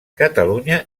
catalunya